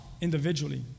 individually